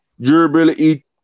Durability